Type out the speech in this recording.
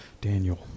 Daniel